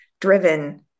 driven